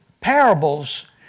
parables